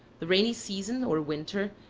the rainy season, or winter,